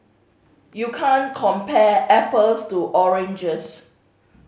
you can't compare apples to oranges